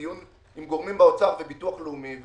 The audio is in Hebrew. דיון עם גורמים באוצר וביטוח לאומי,